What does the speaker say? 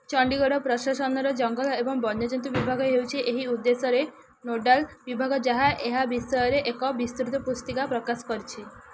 ଚଣ୍ଡିଗଡ଼ ପ୍ରଶାସନର ଜଙ୍ଗଲ ଏବଂ ବନ୍ୟଜନ୍ତୁ ବିଭାଗ ହେଉଛି ଏହି ଉଦ୍ଦେଶ୍ୟରେ ନୋଡ଼ାଲ୍ ବିଭାଗ ଯାହା ଏହା ବିଷୟରେ ଏକ ବିସ୍ତୃତ ପୁସ୍ତିକା ପ୍ରକାଶ କରିଛି